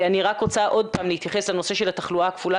אני רוצה עוד פעם להתייחס לנושא של התחלואה הכפולה,